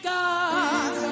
God